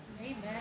Amen